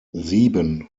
sieben